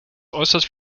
äußerst